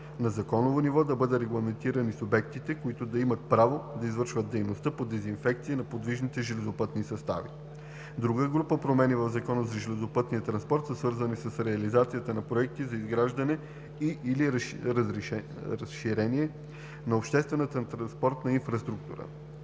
на законово ниво да бъдат регламентирани субектите, които да имат право да извършват дейността по дезинфекция на подвижните железопътни състави. Друга група промени в Закона за железопътния транспорт са свързани с реализацията на проекти за изграждане и/или разширение на обществената транспортна инфраструктура.